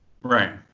Right